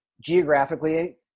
geographically